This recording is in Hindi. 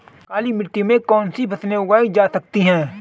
काली मिट्टी में कौनसी फसलें उगाई जा सकती हैं?